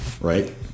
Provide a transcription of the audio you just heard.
right